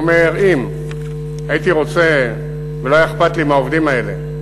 אם הייתי רוצה ולא היה אכפת לי מהעובדים האלה,